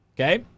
Okay